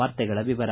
ವಾರ್ತೆಗಳ ವಿವರ